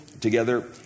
together